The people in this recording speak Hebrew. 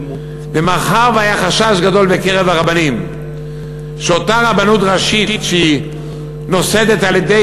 ומאחר שהיה חשש גדול בקרב הרבנים שאותה רבנות ראשית שנוסדה על-ידי